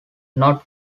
not